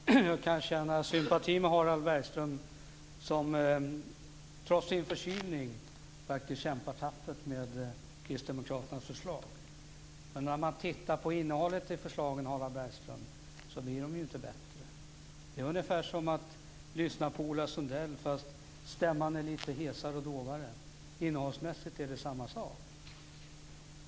Fru talman! Jag kan känna sympati för Harald Bergström som trots sin förkylning kämpar tappert med kristdemokraternas förslag. Men innehållet i förslagen, Harald Bergström, blir inte bättre för det. Det är ungefär som att lyssna på Ola Sundell, fast stämman är lite hesare och dovare. Innehållsmässigt är det samma sak.